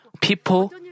People